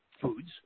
foods